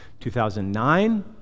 2009